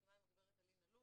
מסכימה עם הגב' אלין אלול